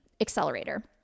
accelerator